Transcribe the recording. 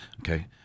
Okay